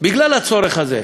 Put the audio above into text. בגלל הצורך הזה,